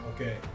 Okay